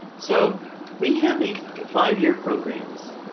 so we have these five-year programs.